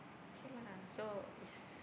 K lah so is